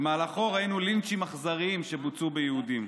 במהלכו ראינו לינצ'ים אכזריים שבוצעו ביהודים,